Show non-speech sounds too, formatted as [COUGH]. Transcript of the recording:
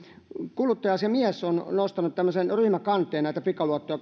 kuluttaja asiamies on nostanut tämmöisen ryhmäkanteen näitä pikaluottoja [UNINTELLIGIBLE]